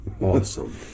awesome